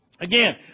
Again